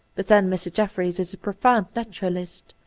but, then, mr. jefferies is a profound naturalist.